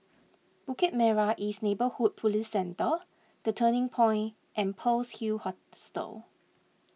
Bukit Merah East Neighbourhood Police Centre the Turning Point and Pearl's Hill Hostel